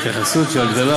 אז ההתייחסות של ההגדלה,